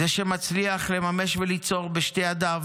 זה שמצליח לממש וליצור בשתי ידיו